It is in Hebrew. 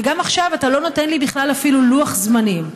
וגם עכשיו אתה לא נותן לי בכלל אפילו לוח זמנים.